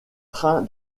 train